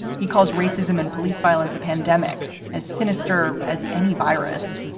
he calls racism and police violence a pandemic as sinister as any virus.